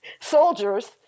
soldiers